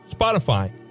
Spotify